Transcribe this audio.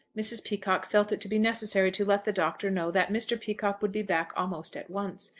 mrs. peacocke felt it to be necessary to let the doctor know that mr. peacocke would be back almost at once,